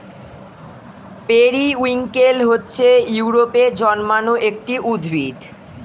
periwinkle হচ্ছে ইউরোপে জন্মানো একটি উদ্ভিদ